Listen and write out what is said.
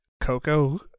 Coco